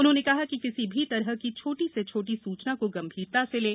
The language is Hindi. उन्होंने कहा कि किसी भी तरह की छोटी से छोटी सूचना को गंभीरता से लें